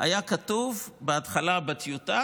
היה כתוב בהתחלה, בטיוטה: